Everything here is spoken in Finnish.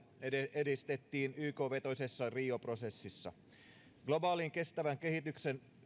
edistettiin yk vetoisessa rio prosessissa globaali kestävän kehityksen